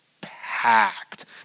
packed